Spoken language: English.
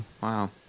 Wow